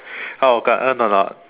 how 感恩 or not